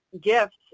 gifts